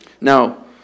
Now